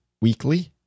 weekly